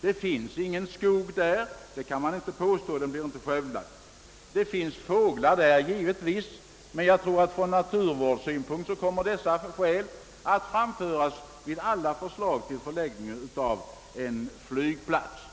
Där finns ingen skog att skövla; ingen kan påstå det. Däremot finns det givetvis fåglar där, men synpunkter i detta avseende liksom i frågorna naturvård kommer helt säkert att framföras vid alla förslag till flygplatsens förläggning.